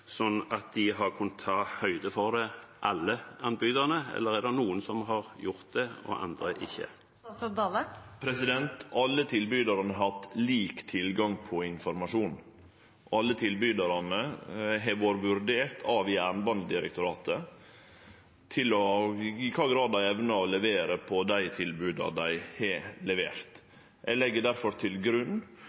at de har kunnet ta høyde for det, eller er det noen som har gjort det og andre ikke? Alle tilbydarane har hatt lik tilgang på informasjon. Alle tilbydarane har vore vurderte av Jernbanedirektoratet når det gjeld i kva grad dei evnar å levere på tilbodet dei har levert. Eg legg difor til grunn